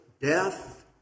death